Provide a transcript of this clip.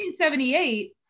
1978